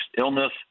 illness